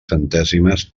centèsimes